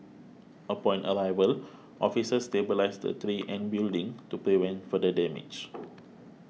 upon arrival officers stabilised the tree and building to prevent further damage